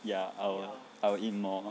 ya I will I will eat more